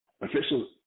Official